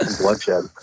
bloodshed